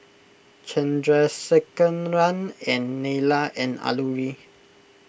Chandrasekaran and Neila and Alluri